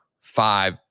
five